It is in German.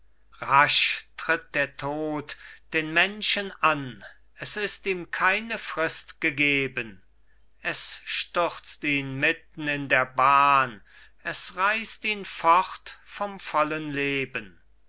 tritt der tod den menschen an es ist ihm keine frist gegeben es stürzt ihn mitten in der bahn es reisst ihn fort vom vollen leben